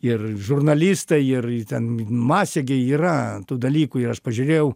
ir žurnalistai ir ten masė gi yra tų dalykų ir aš pažiūrėjau